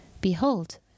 Behold